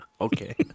Okay